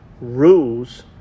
rules